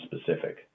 specific